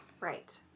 Right